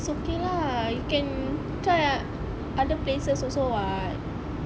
it's okay lah you can try other places also [what]